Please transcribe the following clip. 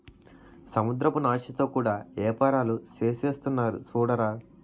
సముద్రపు నాచుతో కూడా యేపారాలు సేసేస్తున్నారు సూడరా